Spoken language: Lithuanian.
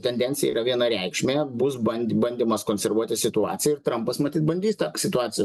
tendencija yra vienareikšmė bus band bandymas konservuoti situaciją ir trampas matyt bandys tą situaciją